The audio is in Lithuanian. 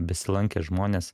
besilankę žmonės